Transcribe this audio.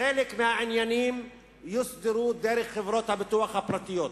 שחלק מהעניינים יוסדרו דרך חברות הביטוח הפרטיות,